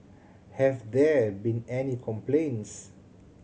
have there been any complaints